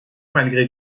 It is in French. malgré